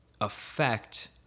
affect